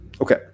Okay